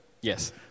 Yes